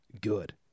good